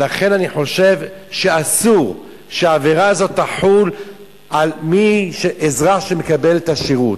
לכן אני חושב שאסור שהעבירה הזאת תחול על אזרח שמקבל את השירות.